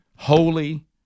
Holy